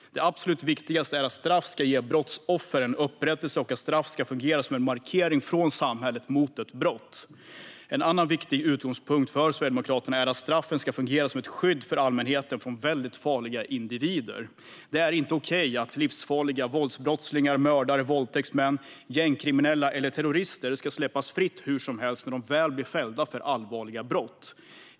Det absolut viktigaste är att straff ska ge brottsoffer en upprättelse och fungera som en markering från samhället mot brott. En annan viktig utgångspunkt för Sverigedemokraterna är att straffen ska fungera som ett skydd för allmänheten mot väldigt farliga individer. Det är inte okej att livsfarliga våldsbrottslingar, mördare, våldtäktsmän, gängkriminella eller terrorister släpps fria hur som helst när de väl blivit fällda för allvarliga brott.